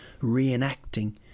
reenacting